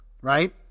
right